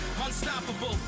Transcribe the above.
unstoppable